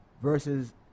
versus